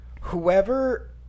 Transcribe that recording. whoever